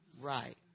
right